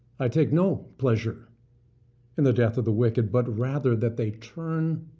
i take no pleasure in the death of the wicked, but rather that they turn